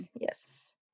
Yes